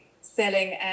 selling